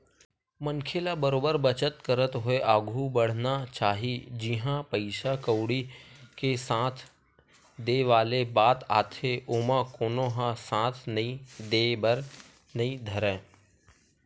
मनखे ल बरोबर बचत करत होय आघु बड़हना चाही जिहाँ पइसा कउड़ी के साथ देय वाले बात आथे ओमा कोनो ह साथ नइ देय बर नइ धरय